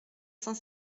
cent